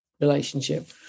relationship